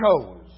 chose